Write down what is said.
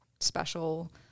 special